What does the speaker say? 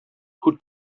who